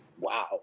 Wow